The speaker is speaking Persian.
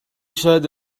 شاید